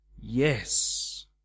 Yes